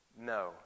no